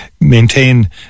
maintain